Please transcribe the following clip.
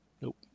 Nope